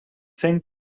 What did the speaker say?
sent